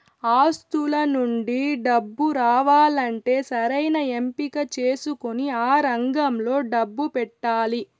ఆస్తుల నుండి డబ్బు రావాలంటే సరైన ఎంపిక చేసుకొని ఆ రంగంలో డబ్బు పెట్టాలి